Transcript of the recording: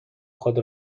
خود